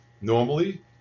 Normally